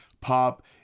pop